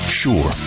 sure